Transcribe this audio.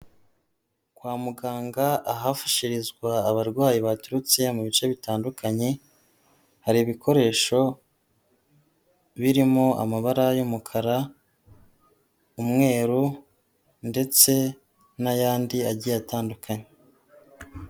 Kwa muganga, ahafashirizwa abarwayi baturutse mu bice bitandukanye, hari ibikoresho birimo amabara y'umukara, umweru ndetse n'ayandi agiye atandukanye.